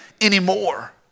anymore